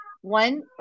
One